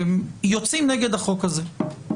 - יוצאים נגד החוק הזה.